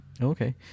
okay